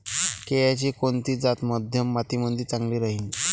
केळाची कोनची जात मध्यम मातीमंदी चांगली राहिन?